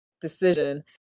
decision